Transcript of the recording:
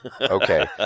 Okay